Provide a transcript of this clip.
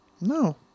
No